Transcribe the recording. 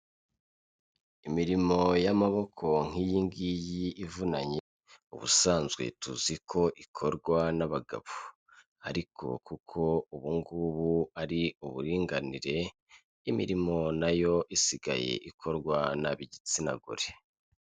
Imirimo y'amaboko nk'iyi ngiyi ivunanye, ubusanzwe tuzi ko ikorwa n'abagabo ariko kuko ubu ngubu ari uburinganire, imirimo nayo isigaye ikorwa n'ab'igitsina gore.